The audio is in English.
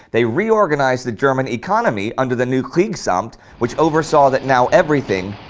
they reorganized the germany economy under the new kriegsamt, which oversaw that now everything,